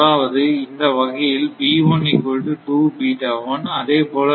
அதாவது இந்த வகையில் அதேபோல